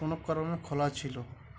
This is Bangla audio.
কোনো কারণে খোলা ছিল